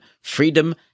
freedom